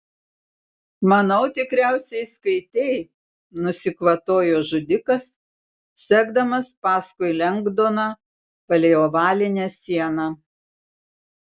manau tikriausiai skaitei nusikvatojo žudikas sekdamas paskui lengdoną palei ovalinę sieną